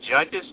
Judge's